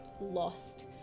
lost